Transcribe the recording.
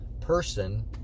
person